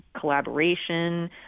collaboration